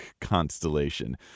constellation